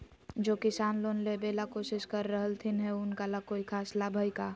जे किसान लोन लेबे ला कोसिस कर रहलथिन हे उनका ला कोई खास लाभ हइ का?